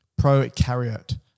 Prokaryote